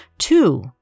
Two